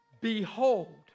Behold